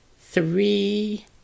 Three